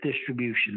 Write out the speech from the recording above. distribution